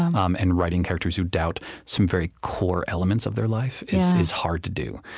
um and writing characters who doubt some very core elements of their life is is hard to do.